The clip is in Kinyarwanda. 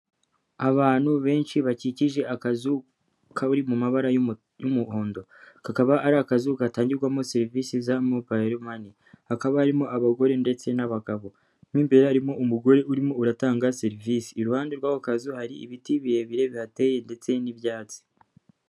Abantu benshi bakikije akazu kari mu mabara y'umuhondo, kakaba ari akazu gatangirwamo serivisi za mobiyiro mani, hakaba harimo abagore ndetse n'abagabo, mo imbere harimo umugore urimo uratanga serivisi, iruhande rw'aho kazu hari ibiti birebire bihateye ndetse n'ibyatsi.